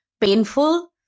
painful